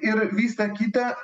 ir visa kita